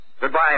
Goodbye